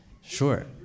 sure